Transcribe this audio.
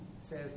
says